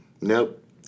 Nope